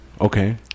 Okay